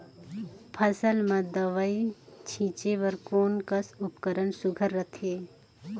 फसल म दव ई छीचे बर कोन कस उपकरण सुघ्घर रथे?